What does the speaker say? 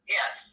Yes